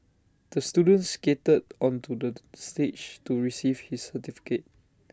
the student skated onto the stage to receive his certificate